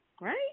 right